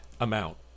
amount